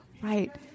Right